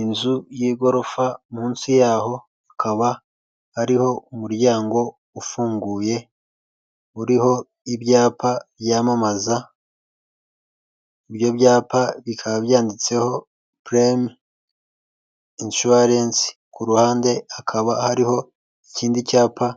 Inzu y'igorofa munsi yaho hakaba hariho umuryango ufunguye uriho ibyapa byamamaza, ibyo byapa bikaba byanditseho pureme inshuwarensi, ku ruhande hakaba hariho ikindi cyapa